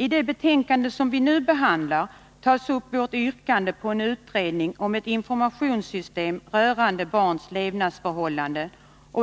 I det betänkande som vi nu behandlar tar man upp vårt yrkande om en utredning om ett informationssystem rörande barns levnadsförhållanden,